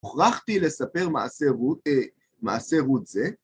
‫הוכרחתי לספר מעשה רות זה.